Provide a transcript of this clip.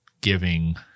giving